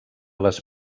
les